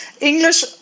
English